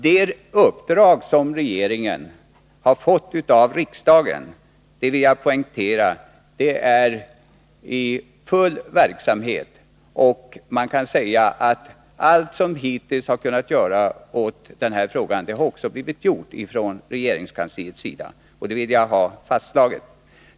Det uppdrag som regeringen har fått av riksdagen är alltså i full verksamhet, det vill jag poängtera. Man kan säga att allt som hittills kunnat göras i den här frågan också har blivit gjort från regeringskansliets sida. Det vill jag ha fastslaget.